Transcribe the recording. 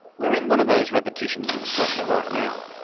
we're in one of those repetitions in australia right now.